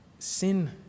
Sin